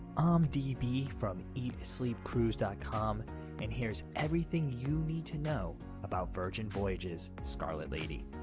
i'm db from eatsleepcruise dot com and here's everything you need to know about virgin voyages scarlet lady.